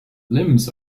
limbs